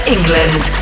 England